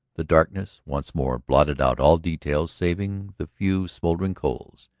the darkness once more blotted out all detail saving the few smouldering coals,